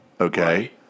Okay